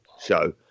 show